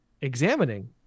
Examining